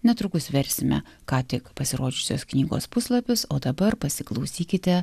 netrukus versime ką tik pasirodžiusios knygos puslapius o dabar pasiklausykite